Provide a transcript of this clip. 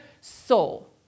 soul